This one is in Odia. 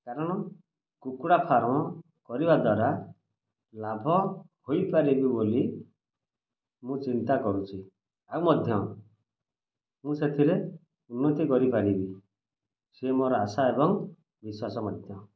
କାରଣ କୁକୁଡ଼ା ଫାର୍ମ୍ କରିବା ଦ୍ୱାରା ଲାଭ ହୋଇପାରିବି ବୋଲି ମୁଁ ଚିନ୍ତା କରୁଛି ଆଉ ମଧ୍ୟ ମୁଁ ସେଥିରେ ଉନ୍ନତି କରିପାରିବି ସେ ମୋର ଆଶା ଏବଂ ବିଶ୍ୱାସ ମଧ୍ୟ